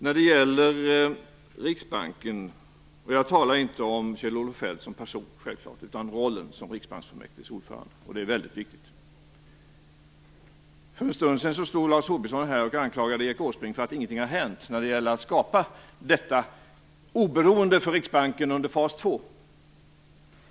När jag talar om Riksbanken talar jag självfallet inte om Kjell-Olof Feldt personligen, utan om rollen som Riksbankfullmäktiges ordförande. Det är väldigt viktigt att skilja på detta. För en stund sedan stod Lars Tobisson här och anklagade Erik Åsbrink för att ingenting har hänt i skapande av ett oberoende för Riksbanken under fas två.